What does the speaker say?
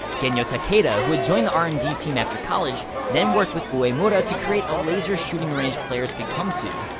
genyo takeda, who had joined the r and d team after college, then worked with uemura to create a laser shooting range players could come to.